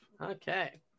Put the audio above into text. Okay